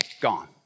gone